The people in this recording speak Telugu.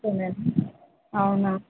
కొనలేదా అవునా